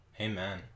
Amen